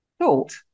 thought